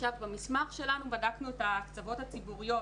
במסמך שלנו בדקנו את ההקצבות הציבוריות